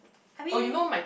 I mean